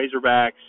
Razorbacks